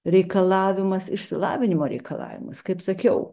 reikalavimas išsilavinimo reikalavimas kaip sakiau